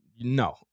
no